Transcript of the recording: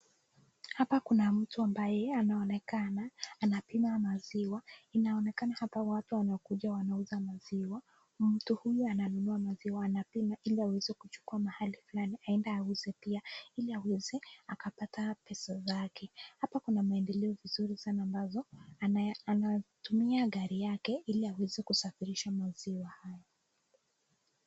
Hapa kuna mtu ambaye anaonekana anapima maziwa. Inaonekana hapa watu wanakuja wanauza maziwa. Mtu huyu ananunua maziwa anapima ili aweze kuchukua mahali fulani aende auze pia ili aweze akapata pesa zake. Hapa kuna maendeleo vizuri sana ambazo anatumia gari yake ili aweze kusafirisha maziwa haya.